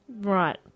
Right